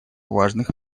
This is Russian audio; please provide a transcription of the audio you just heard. важных